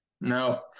No